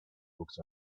books